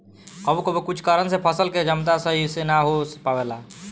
कबो कबो कुछ कारन से फसल के जमता सही से ना हो पावेला